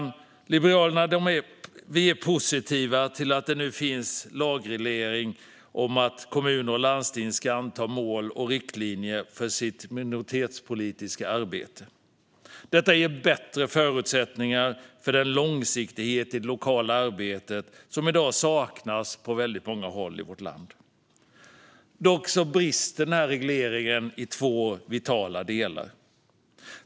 Vi liberaler är positiva till att det nu finns lagreglering om att kommuner och landsting ska anta mål och riktlinjer för sitt minoritetspolitiska arbete. Detta ger bättre förutsättningar för den långsiktighet i det lokala arbetet som i dag saknas på många håll i vårt land. Dock brister regleringen i två vitala delar.